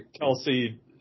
Kelsey